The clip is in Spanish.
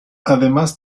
además